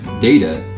data